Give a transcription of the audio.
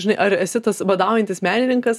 žinai ar esi tas badaujantis menininkas